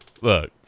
look